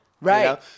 Right